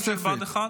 זה צוערים של בה"ד 1?